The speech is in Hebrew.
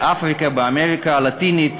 באפריקה, באמריקה הלטינית.